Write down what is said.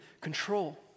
control